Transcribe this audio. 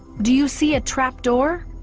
do you see a trapdoor?